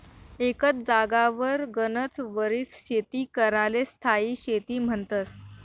एकच जागावर गनच वरीस शेती कराले स्थायी शेती म्हन्तस